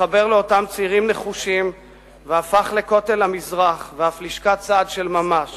התחבר לאותם צעירים נחושים והפך לכותל המזרח ואף לשכת סעד של ממש